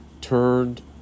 turned